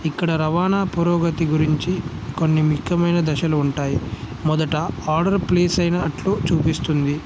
ఇక్కడ రవాణా పురోగతి గురించి కొన్ని ముఖ్యమైన దశలు ఉంటాయి మొదట ఆర్డర్ ప్లేస్ అయినట్లు చూపిస్తుంది